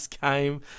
game